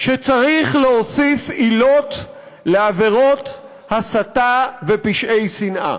שצריך להוסיף עילות לעבירות הסתה ופשעי שנאה.